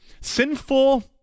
sinful